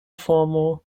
formo